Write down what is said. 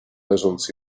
leżąc